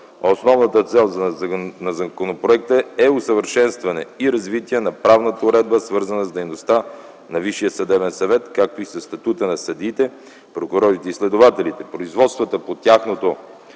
Основната цел на законопроекта е усъвършенстване и развитие на правната уредба, свързана с дейността на Висшия съдебен съвет, както и със статута на съдиите, прокурорите и следователите, производствата по тяхното